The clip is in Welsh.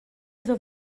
iddo